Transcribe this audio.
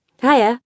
Hiya